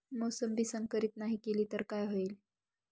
मोसंबी संकरित नाही केली तर काय होईल?